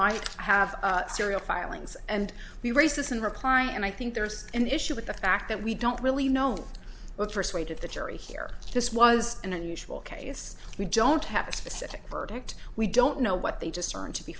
might have serial filings and the race is in reply and i think there's an issue with the fact that we don't really know what persuaded the jury here this was an unusual case we don't have a specific verdict we don't know what they just turned to be